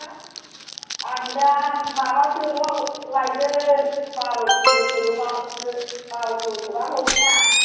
आं दा माबासोल'बा लायगोन बार' थेर'सोल'बासो बार'स'सोबा हरजाया